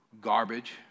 garbage